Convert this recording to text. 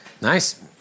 Nice